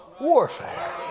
warfare